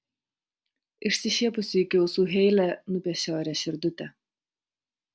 išsišiepusi iki ausų heile nupiešė ore širdutę